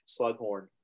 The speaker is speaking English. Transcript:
slughorn